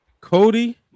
Cody